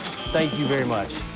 thank you very much.